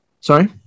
Sorry